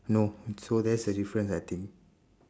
no so there's a difference I think